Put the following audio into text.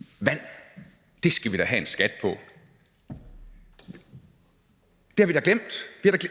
har beskatning af, men på den rene, pure H2O, vand.